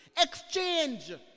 Exchange